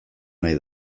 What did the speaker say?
nahi